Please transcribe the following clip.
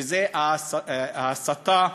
וזו הסתה,